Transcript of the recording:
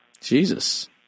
Jesus